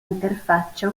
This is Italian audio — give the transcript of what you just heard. interfaccia